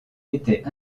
étaient